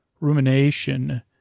Rumination